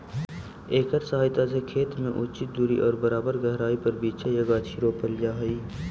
एकर सहायता से खेत में उचित दूरी और बराबर गहराई पर बीचा या गाछी रोपल जा हई